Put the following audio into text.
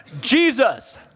Jesus